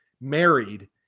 married